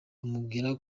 amubwira